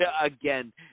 again